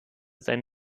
sein